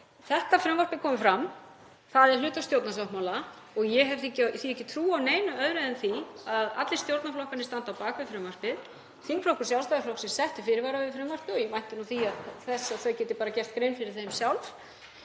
Þetta frumvarp er komið fram. Það er hluti af stjórnarsáttmála og ég hef því ekki trú á neinu öðru en að allir stjórnarflokkarnir standi á bak við frumvarpið. Þingflokkur Sjálfstæðisflokksins setti fyrirvara við frumvarpið og ég vænti þess að þau geti bara gert grein fyrir þeim sjálf.